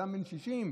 60?